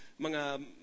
mga